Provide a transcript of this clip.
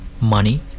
money